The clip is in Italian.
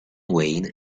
wayne